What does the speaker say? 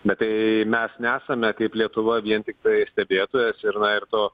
bet tai mes nesame kaip lietuva vien tiktai stebėtojas ir na ir to